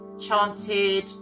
chanted